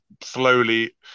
slowly